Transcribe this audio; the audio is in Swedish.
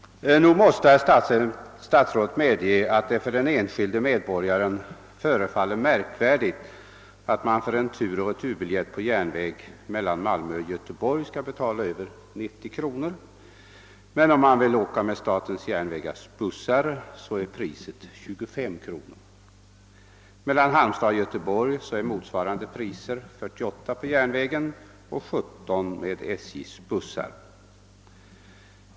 Nog måste herr statsrådet medge att det för den enskilde medborgaren förefaller märkvärdigt att man för en tur och returbiljett på järnväg mellan Malmö och Göteborg skall betala över 90 kronor. Om man vill åka med statens järnvägars bussar är priset 25 kronor. Mellan Halmstad och Göteborg är motsvarande priser 48 kronor på järnvägen och 17 kronor med SJ:s bussar.